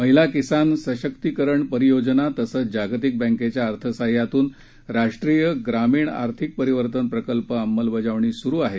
महिला किसान सशक्तिकरण परियोजना तसंच जागतिक बँकेच्या अर्थसहाय्यातून राष्ट्रीय ग्रामीण आर्थिक परिवर्तन प्रकल्प अंमलबजावणी सुरु आहे